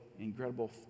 incredible